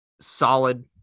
solid